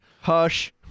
Hush